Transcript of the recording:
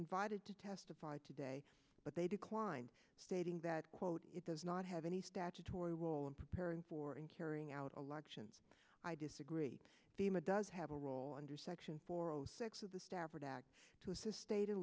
invited to testified today but they declined stating that quote it does not have any statutory role in preparing for and carrying out a large and i disagree bhima does have a role under section four zero six of the stafford act to assist state and